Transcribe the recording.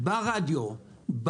ברדיו,